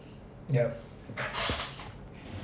yup